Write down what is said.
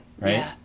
right